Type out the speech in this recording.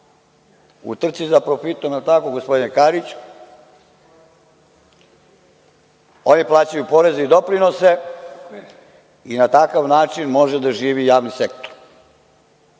U trci za profitom, je li tako, gospodine Karić, oni plaćaju poreze i doprinose i na takav način može da živi javni sektor.